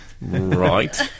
Right